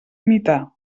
imitar